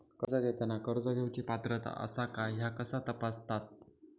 कर्ज घेताना कर्ज घेवची पात्रता आसा काय ह्या कसा तपासतात?